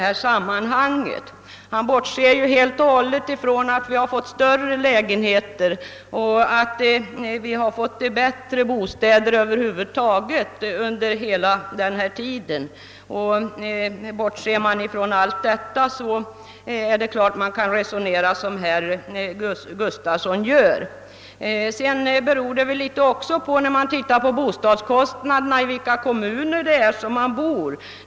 Han bortser helt och hållet från att vi har fått större lägenheter och bättre bostäder över huvud taget under den tid det gäller. Bostadskostnaderna beror också på i vilken kommun man bor.